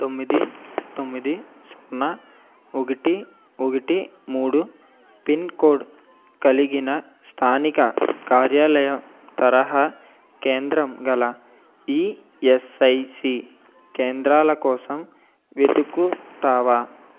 తొమ్మిది తొమ్మిది సున్నా ఒకటి ఒకటి మూడు పిన్కోడ్ కలిగిన స్థానిక కార్యాలయం తరహా కేంద్రం గల ఈఎస్ఐసీ కేంద్రాల కోసం వెతుకుతావా